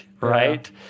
right